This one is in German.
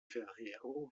ferrero